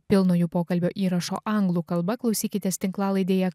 pilno jų pokalbio įrašo anglų kalba klausykitės tinklalaidėje